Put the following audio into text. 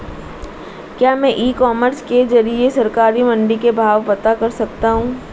क्या मैं e commerce के ज़रिए सरकारी मंडी के भाव पता कर सकता हूँ?